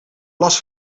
last